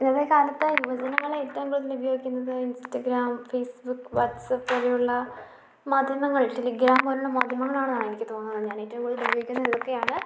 ഇന്നത്തെക്കാലത്ത് യുവജനങ്ങൾ ഏറ്റവും കൂടുതൽ ഉപയോഗിക്കുന്നത് ഇൻസ്റ്റഗ്രാം ഫേസ്ബുക്ക് വാട്സ്ആപ്പ് പോലെയുള്ള മാധ്യമങ്ങൾ ടെലിഗ്രാം പോലെയുള്ള മാധ്യമങ്ങളാണെന്നാണ് എനിക്ക് തോന്നുന്നത് ഞാൻ ഏറ്റവും കൂടുതൽ ഉപോഗിക്കുന്നത് ഇതൊക്കെയാണ്